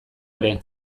ere